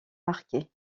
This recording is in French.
marqué